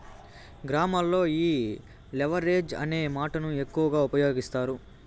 గ్రామాల్లో ఈ లెవరేజ్ అనే మాటను ఎక్కువ ఉపయోగిస్తారు